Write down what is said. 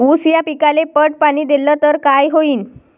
ऊस या पिकाले पट पाणी देल्ल तर काय होईन?